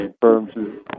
firms